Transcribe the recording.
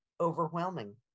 overwhelming